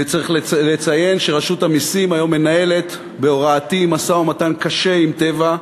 וצריך לציין שרשות המסים היום מנהלת בהוראתי משא-ומתן קשה עם "טבע"